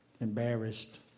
embarrassed